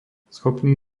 schopný